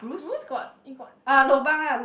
got he got